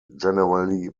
generally